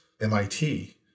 MIT